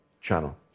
channel